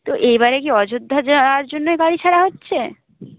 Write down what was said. তো এইবারে কি অযোধ্যা যাওয়ার জন্যে গাড়ি ছাড়া হচ্ছে